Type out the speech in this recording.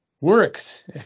works